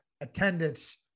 attendance